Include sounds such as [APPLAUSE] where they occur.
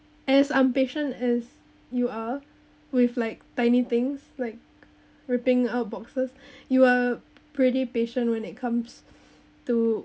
as I'm patient as you are with like tiny things like ripping out boxes [BREATH] you are pretty patient when it comes to